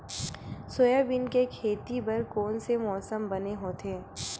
Soybean के खेती बर कोन से मौसम बने होथे?